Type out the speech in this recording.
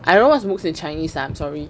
I don't know what's mooks in chinese ah sorry